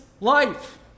life